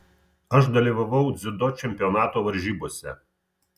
aš dalyvavau dziudo čempionato varžybose